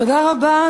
תודה רבה.